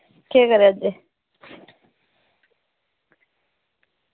केह् करा दे